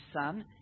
son